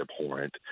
abhorrent